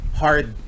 hard